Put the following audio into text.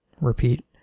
repeat